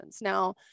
Now